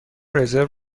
رزرو